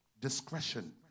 Discretion